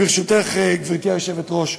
ברשותך, גברתי היושבת-ראש,